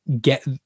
get